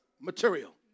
material